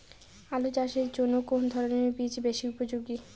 আলু চাষের জন্য কোন ধরণের বীজ বেশি উপযোগী?